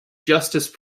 justice